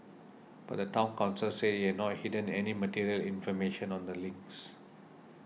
but the Town Council said it had not hidden any material information on the links